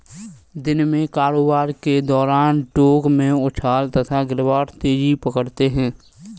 दिन में कारोबार के दौरान टोंक में उछाल तथा गिरावट तेजी पकड़ते हैं